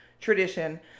tradition